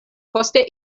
poste